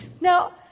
Now